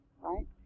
Right